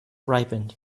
ripened